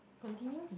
continue